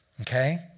Okay